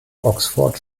oxford